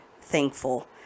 thankful